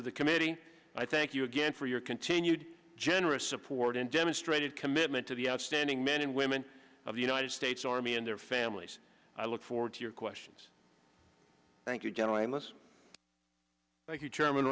of the committee i thank you again for your continued generous support and demonstrated commitment to the outstanding men and women of the united states army and their families i look forward to your questions thank you general and less